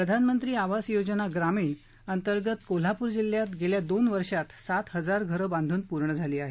प्रधानमंत्री आवास योजना ग्रामीण अंतर्गत कोल्हापूर जिल्ह्यात गेल्या दोन वर्षात सात हजार घरं बांधून पूर्ण झाली आहेत